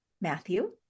Matthew